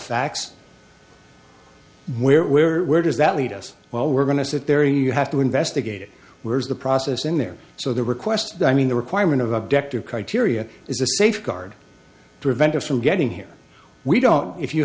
facts where where where does that lead us well we're going to sit there you have to investigate it was the process in there so the request i mean the requirement of objective criteria is a safeguard prevent us from getting here we don't know if you